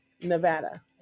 Nevada